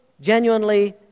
genuinely